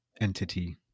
entity